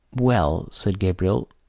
well, said gabriel,